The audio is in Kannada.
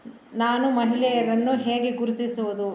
ನಾನು ಮಹಿಳೆಯರನ್ನು ಹೇಗೆ ಗುರುತಿಸುವುದು